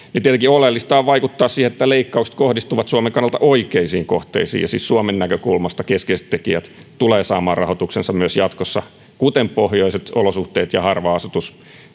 oleellista on vaikuttaa siihen että leikkaukset kohdistuvat suomen kannalta oikeisiin kohteisiin ja siis suomen näkökulmasta keskeiset tekijät tulevat saamaan rahoituksensa myös jatkossa kuten pohjoiset olosuhteet ja harva asutus